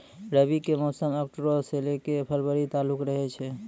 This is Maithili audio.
रबी के मौसम अक्टूबरो से लै के फरवरी तालुक रहै छै